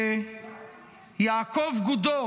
שיעקב גודו